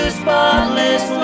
spotless